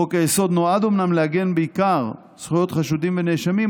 חוק-היסוד נועד אומנם להגן בעיקר על זכויות חשודים ונאשמים,